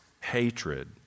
hatred